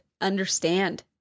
understand